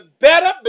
better